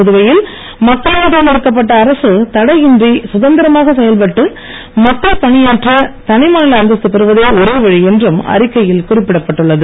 புதுவையில் மக்களால் தேர்ந்தெடுக்கப்பட்ட அரசு தடையின்றி சுதந்திரமாக செயல்பட்டு மக்கள் பணியாற்ற தனி மாநில அந்தஸ்து பெறுவதே ஓரே வழி என்றும் அறிக்கையில் குறிப்பிடப்பட்டுள்ளது